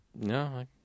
No